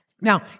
Now